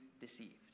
deceived